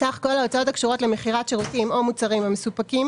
סך כל ההוצאות הקשורות למכירת שירותים או מוצרים המסופקים